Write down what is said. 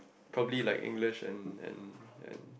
probably like English and and and